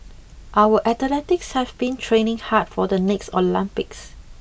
our athletes have been training hard for the next Olympics